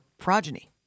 progeny